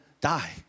die